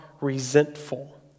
resentful